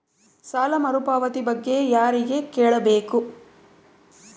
ಸಾಲ ಮರುಪಾವತಿ ಬಗ್ಗೆ ಯಾರಿಗೆ ಕೇಳಬೇಕು?